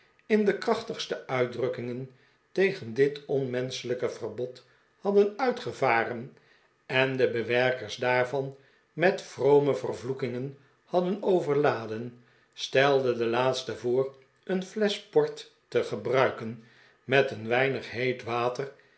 in de krachtigste uitdrukkingen tegen dit onmenschelijke verbod hadden uitgevaren en de bewerkers daarvan met vrome vervloekingen hadden overladen stelde de laatste voor een flesch port te gebruiken met een weinig heet water